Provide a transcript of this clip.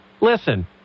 listen